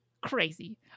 crazy